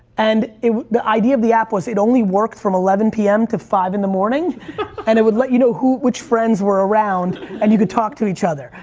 and the idea of the app was it only worked from eleven pm to five in the morning and it would let you know who, which friends were around and you could talk to each other.